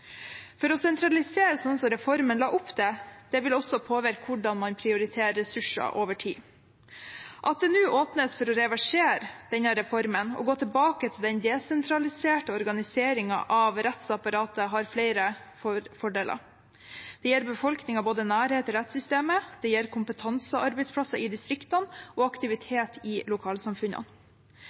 Å sentralisere slik reformen la opp til, vil også påvirke hvordan man prioriterer ressurser over tid. At det nå åpnes for å reversere denne reformen og gå tilbake til den desentraliserte organiseringen av rettsapparatet, har flere fordeler. Det gir befolkningen nærhet til rettssystemet, det gir kompetansearbeidsplasser i distriktene og aktivitet i lokalsamfunnene.